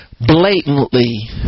blatantly